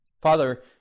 Father